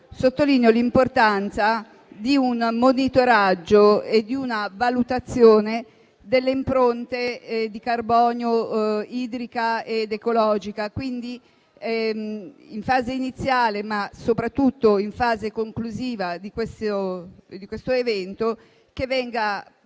sottolineo l'importanza di un monitoraggio e di una valutazione delle impronte di carbonio idrica ed ecologica. Quindi, chiedo che in fase iniziale, ma soprattutto in fase conclusiva di questo evento, vengano